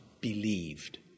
believed